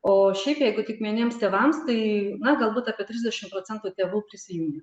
o šiaip jeigu tik vieniems tėvams tai na galbūt apie trisdešim procentų tėvų prisijungia